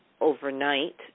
overnight